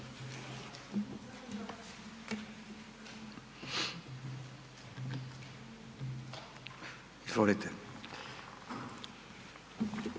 hvala vam. Hvala